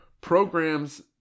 programs